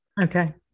Okay